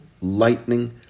lightning